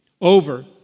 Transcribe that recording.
over